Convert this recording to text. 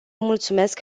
mulțumesc